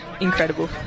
Incredible